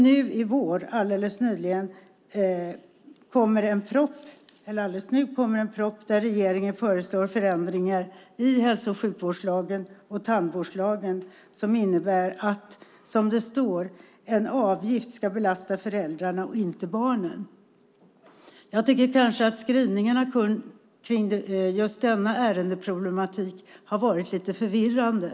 Nu i vår kommer en proposition där regeringen föreslår förändringar i hälso och sjukvårdslagen samt tandvårdslagen som innebär att en avgift ska belasta föräldrarna, inte barnen. Jag tycker kanske att skrivningarna kring just denna ärendeproblematik har varit lite förvirrande.